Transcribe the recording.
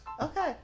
Okay